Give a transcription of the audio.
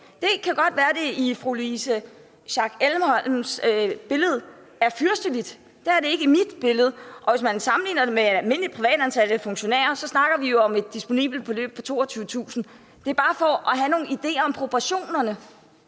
Det kan godt være, at det i fru Louise Schack Elholms verden er fyrsteligt, men det er det ikke i min verden. Hvis man sammenligner det almindelige privatansatte og funktionærer, snakker vi om et disponibelt beløb på 22.000 kr. Det er bare for at have nogle ideer om proportionerne.